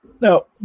No